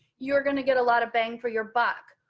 you're going to get a lot of bang for your buck.